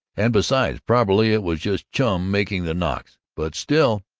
and besides probably it was just chum making the knocks, but still,